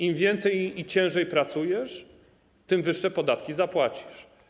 Im więcej i ciężej pracujesz, tym wyższe podatki zapłacisz.